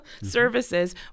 services